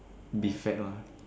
be fat lah